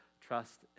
trust